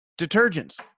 detergents